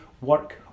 work